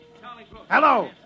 Hello